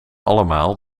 allemaal